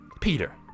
peter